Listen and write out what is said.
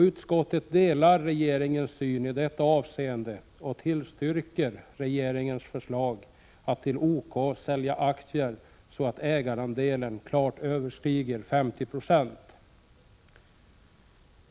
Utskottet delar regeringens syn i detta avseende och tillstyrker regeringens förslag att till OK sälja aktier så att OK:s ägarandel klart överstiger 50 90.